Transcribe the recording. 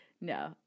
No